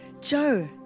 Joe